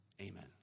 Amen